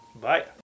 Bye